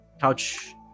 couch